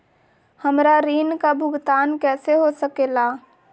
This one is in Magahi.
हमरा ऋण का भुगतान कैसे हो सके ला?